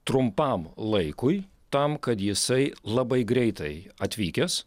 trumpam laikui tam kad jisai labai greitai atvykęs